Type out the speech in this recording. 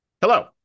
Hello